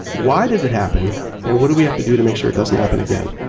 why did it happen and what do we have to do to make sure it doesn't happen again?